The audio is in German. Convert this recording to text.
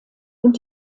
und